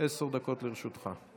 עשר דקות לרשותך.